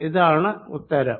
ഇതാണ് ഉത്തരം